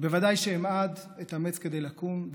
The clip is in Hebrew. בוודאי כשאמעד אתאמץ כדי לקום,